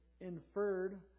inferred